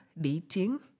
dating